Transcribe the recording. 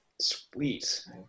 Sweet